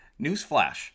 Newsflash